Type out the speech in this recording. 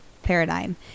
paradigm